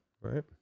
right